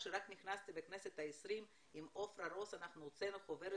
כשרק נכנסתי לכנסת ה-20 עם עפרה רוס אנחנו הוצאנו חוברת